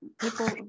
people